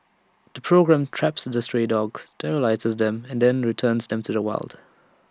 the programme traps the stray dogs sterilises them and then returns them to the wild